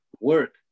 work